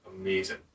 amazing